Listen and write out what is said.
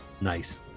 Nice